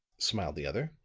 smiled the other.